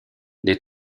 les